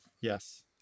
yes